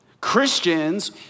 Christians